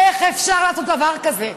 איך אפשר לעשות דבר כזה?